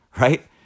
right